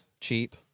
cheap